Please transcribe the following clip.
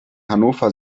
hannover